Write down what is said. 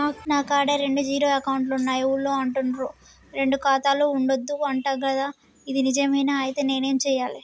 నా కాడా రెండు జీరో అకౌంట్లున్నాయి ఊళ్ళో అంటుర్రు రెండు ఖాతాలు ఉండద్దు అంట గదా ఇది నిజమేనా? ఐతే నేనేం చేయాలే?